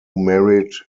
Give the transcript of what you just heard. married